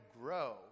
grow